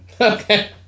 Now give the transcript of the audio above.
okay